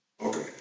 okay